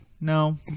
No